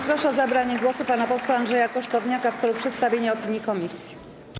Proszę o zabranie głosu pana posła Andrzeja Kosztowniaka w celu przedstawienia opinii komisji.